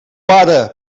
pare